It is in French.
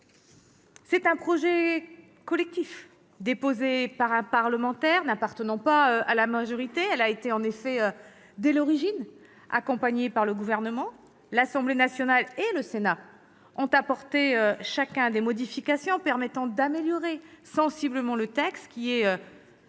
du terrain. Déposée par un parlementaire n'appartenant pas à la majorité, cette proposition de loi a été, dès l'origine, accompagnée par le Gouvernement. L'Assemblée nationale et le Sénat ont apporté chacun des modifications permettant d'améliorer sensiblement le texte, qui a